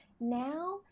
Now